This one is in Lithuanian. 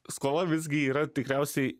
skola visgi yra tikriausiai